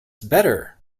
better